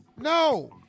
No